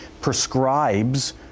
prescribes